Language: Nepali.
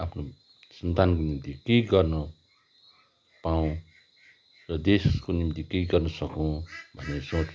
आफ्नो सन्तानको निम्ति केही गर्न पाऊँ र देशको निम्ति केही गर्न सकूँ भन्ने सोच